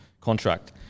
contract